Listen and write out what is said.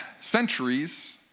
centuries